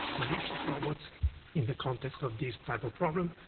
malicious robots in the context of this type of problem.